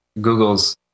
Google's